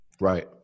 Right